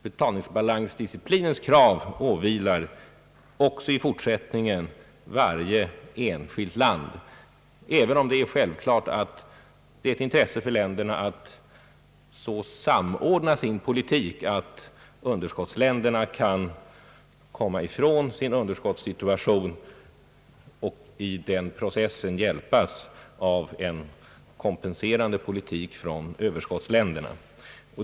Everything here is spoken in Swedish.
:Betalningsbalansdisciplinens krav åvilar också i fortsättningen varje enskilt land, även om det är självklart att det är ett intresse för länderna att så samordna sin politik, att underskottsländerna kan komma ur sin underskottssituation och i den processen hjälpas av en kompen serande politik från överskottsländernas sida.